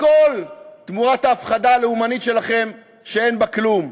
הכול תמורת ההפחדה הלאומנית שלכם, שאין בה כלום.